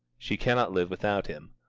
she cannot live without him.